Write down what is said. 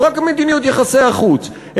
לא רק מדיניות יחסי החוץ,